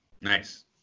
Nice